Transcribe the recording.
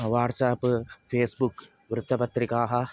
WhatsApp Facebook वृत्तपत्रिकाः